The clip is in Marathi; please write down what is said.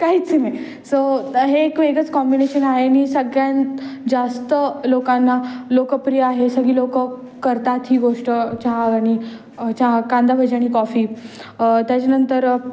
काहीच नाही सो हे एक वेगळंच कॉम्बिनेशन आहे आणि सगळ्या जास्त लोकांना लोकप्रिय आहे सगळी लोक करतात ही गोष्ट चहा आणि चहा कांदा भजी आणि कॉफी त्याच्यानंतर